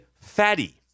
Fatty